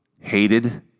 hated